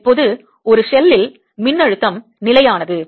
இப்போது ஒரு ஷெல்லில் மின்னழுத்தம் நிலையானது